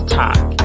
talk